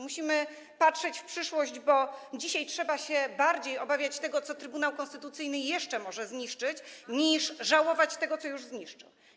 Musimy patrzeć w przyszłość, bo dzisiaj trzeba się bardziej obawiać tego, co Trybunał Konstytucyjny jeszcze może zniszczyć, niż żałować tego, co już zniszczył.